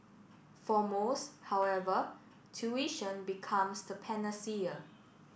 for most however tuition becomes the panacea